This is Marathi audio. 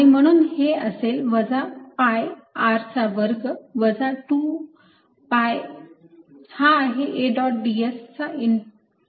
आणि म्हणून हे असेल वजा pi r चा वर्ग वजा 2 pi हा आहे A डॉट ds चा इंटिग्रल कर्ल